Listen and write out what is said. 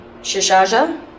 shishaja